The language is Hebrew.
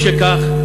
משכך,